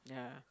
yeah